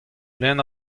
lenn